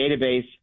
database